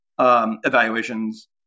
Evaluations